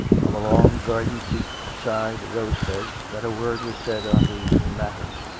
on the long garden-seat beside the rose-beds, that a word was said on these new matters.